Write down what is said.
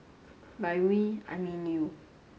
by we I mean you